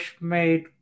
made